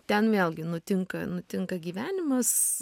ten vėlgi nutinka nutinka gyvenimas